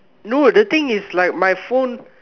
no the thing is like my phone